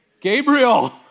Gabriel